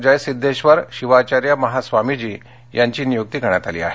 जयसिध्देश्वरशिवाचार्य महास्वामीजी यांची नियुक्ती करण्यात आली आहे